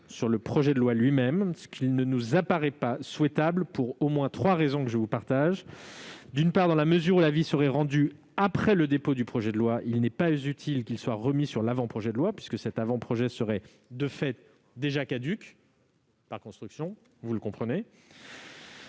sur le projet de loi lui-même, ce qui ne nous apparaît pas souhaitable pour au moins trois raisons que je vais exposer. Tout d'abord, dans la mesure où l'avis serait rendu après le dépôt du projet de loi, il n'est pas utile qu'il soit remis sur l'avant-projet de loi : cet avant-projet serait de fait, et par construction, déjà caduc.